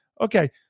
okay